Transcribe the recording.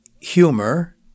Humor